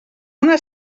una